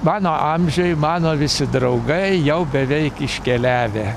mano amžiuj mano visi draugai jau beveik iškeliavę